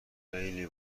خیلی